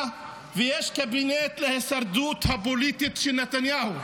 ויש קבינט להישרדות הפוליטית של נתניהו.